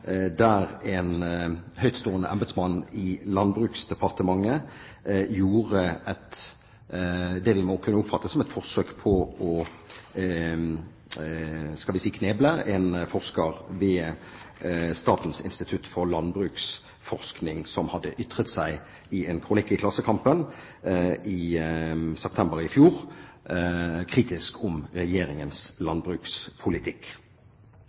der en høytstående embetsmann i Landbruksdepartementet gjorde det vi må kunne oppfatte som et forsøk på å kneble en forsker ved Norsk institutt for landbruksøkonomisk forskning, som i en kronikk i Klassekampen i september i fjor hadde ytret seg kritisk om Regjeringens